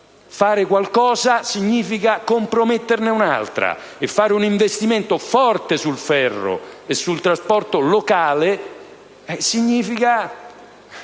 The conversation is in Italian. fare qualcosa significa comprometterne un'altra. Fare un investimento forte sul ferro e sul trasporto locale significa